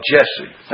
Jesse